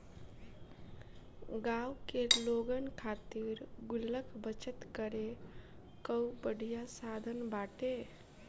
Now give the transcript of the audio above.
गांव के लोगन खातिर गुल्लक बचत करे कअ बढ़िया साधन बाटे